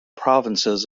provinces